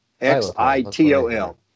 X-I-T-O-L